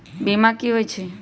बीमा कि होई छई?